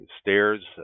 stairs